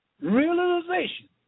realization